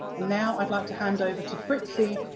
and now i'd like to hand over to fritzi.